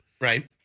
Right